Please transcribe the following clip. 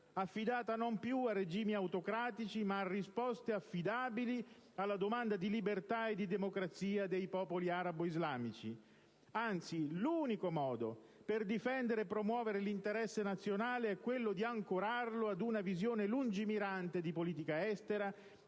affidata non più a regimi autocratici, ma a risposte affidabili alla domanda di libertà e di democrazia dei popoli arabo-islamici. Anzi, l'unico modo per difendere e promuovere l'interesse nazionale è quello di ancorarlo ad una visione lungimirante di politica estera,